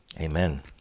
Amen